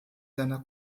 seiner